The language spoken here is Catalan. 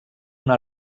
una